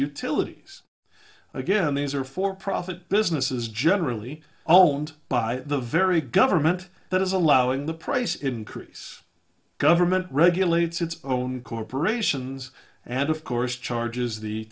utilities again these are for profit businesses generally oh and by the very government that is allowing the price increase government regulates its own corporations and of course charges the